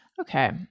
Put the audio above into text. Okay